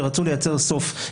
ורצו לייצר סוף,